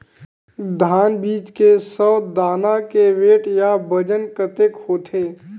धान बीज के सौ दाना के वेट या बजन कतके होथे?